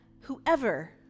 whoever